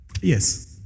Yes